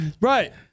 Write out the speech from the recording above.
right